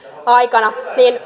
aikana